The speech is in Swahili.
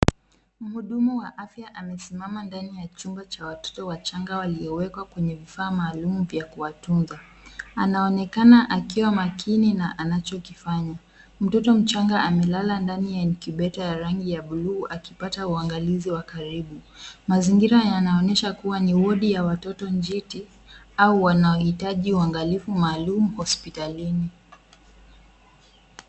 Mhudumu wa afya amesimama ndani ya chumba cha watoto wachanga waliowekwa kwenye vifaa maalumu vya kuwatunza. Anaonekana akiwa makini na anachokifanya. Mtoto mchanga amelala ndani ya incubator ya rangi ya blue akipata uangalizi wa karibu. Mazingira yanaonyesha kuwa ni wodi ya watoto njiti au wanaohitaji uangalifu maalum hospitalini.